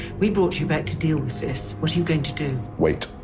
we brought you back to deal with this. what are you going to do? wait.